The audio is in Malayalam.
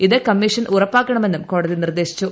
ഇത് കമ്മീഷൻ ഉറപ്പാക്കണമെന്നും കോടതി നിർദ്ദേശിച്ചു